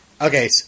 Okay